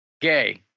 gay